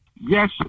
yes